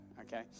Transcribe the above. okay